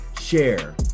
share